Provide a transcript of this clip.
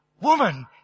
Woman